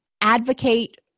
advocate